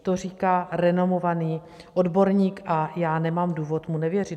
To říká renomovaný odborník a já nemám důvod mu nevěřit.